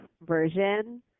version